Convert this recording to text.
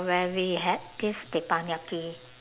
when we had this teppanyaki